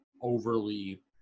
overly